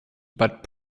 but